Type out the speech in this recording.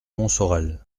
montsorel